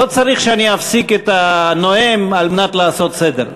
לא צריך שאני אפסיק את הנואם על מנת לעשות סדר.